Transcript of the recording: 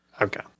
Okay